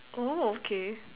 oh okay